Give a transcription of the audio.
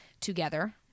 together